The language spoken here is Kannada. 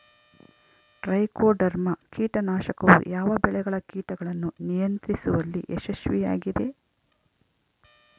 ಟ್ರೈಕೋಡರ್ಮಾ ಕೇಟನಾಶಕವು ಯಾವ ಬೆಳೆಗಳ ಕೇಟಗಳನ್ನು ನಿಯಂತ್ರಿಸುವಲ್ಲಿ ಯಶಸ್ವಿಯಾಗಿದೆ?